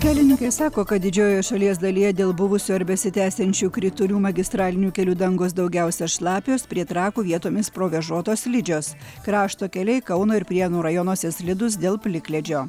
kelininkai sako kad didžiojoje šalies dalyje dėl buvusių ar besitęsiančių kritulių magistralinių kelių dangos daugiausia šlapios prie trakų vietomis provėžotos slidžios krašto keliai kauno ir prienų rajonuose slidūs dėl plikledžio